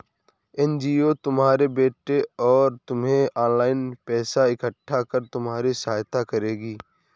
NGO तुम्हारे बेटे और तुम्हें ऑनलाइन पैसा इकट्ठा कर तुम्हारी सहायता करेगी